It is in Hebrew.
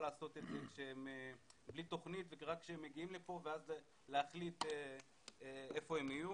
לקלוט בלי את העולים ורק כשהם מגיעים לכאן להחליט היכן הם יהיו.